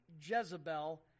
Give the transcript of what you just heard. Jezebel